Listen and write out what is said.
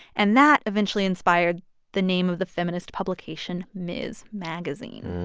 and that eventually inspired the name of the feminist publication ms. magazine